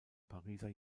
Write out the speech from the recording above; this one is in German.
pariser